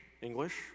English